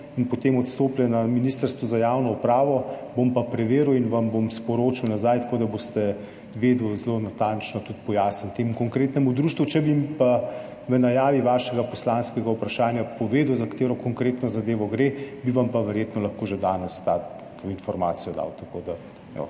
in potem odstopljena ministrstvu za javno upravo, bom pa preveril in vam bom sporočil nazaj, tako da boste vedeli zelo natančno tudi pojasniti temu konkretnemu društvu. Če bi mi v najavi svojega poslanskega vprašanja povedali, za katero konkretno zadevo gre, bi vam pa verjetno lahko že danes to informacijo dal.